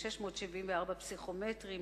674 פסיכומטרי,